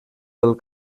pel